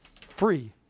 free